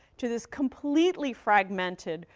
to this completely fragmented,